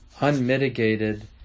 unmitigated